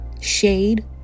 Shade